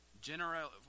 General